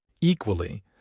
Equally